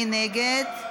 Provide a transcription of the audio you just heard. מי נגד?